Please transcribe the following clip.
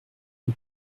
une